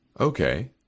Okay